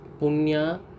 punya